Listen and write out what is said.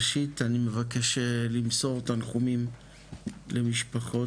ראשית, אני מבקש למסור תנחומים למשפחות